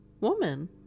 woman